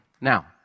now